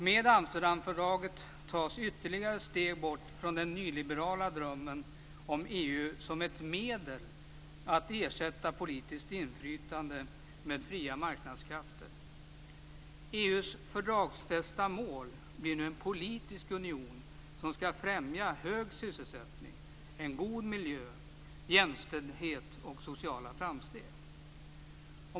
Med Amsterdamfördraget tas ytterligare steg bort från den nyliberala drömmen om EU som ett medel att ersätta politiskt inflytande med fria marknadskrafter. EU:s fördragsfästa mål blir nu en politisk union som skall främja hög sysselsättning, en god miljö, jämställdhet och sociala framsteg.